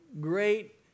great